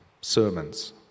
Sermons